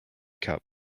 cup